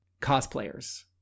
cosplayers